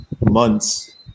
months